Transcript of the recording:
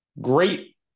great